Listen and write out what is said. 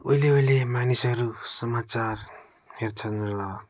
उइले उइले मानिसहरू समाचार हेर्थे र